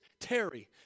Terry